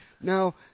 Now